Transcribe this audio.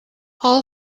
all